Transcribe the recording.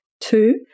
Two